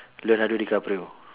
leonardo-dicaprio